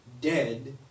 dead